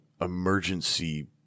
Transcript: emergency